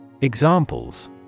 Examples